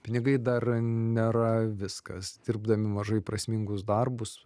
pinigai dar nėra viskas dirbdami mažai prasmingus darbus